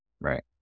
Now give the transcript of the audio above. Right